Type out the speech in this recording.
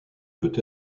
peut